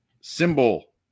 Symbol